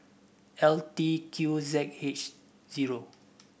L T Q Z H zero